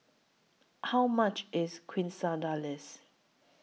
How much IS Quesadillas